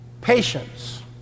patience